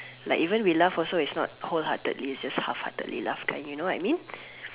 like even we laugh also is not wholeheartedly is just halfheartedly laugh kind you know what I mean